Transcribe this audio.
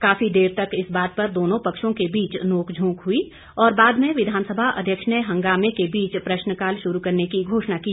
काफी देर तक इस बात पर दोनों पक्षों के बीच नोकझोंक हुई और बाद में विधानसभा अध्यक्ष ने हंगामे के बीच प्रश्नकाल शुरू करने की घोषणा की